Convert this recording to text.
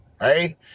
Right